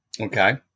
Okay